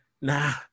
nah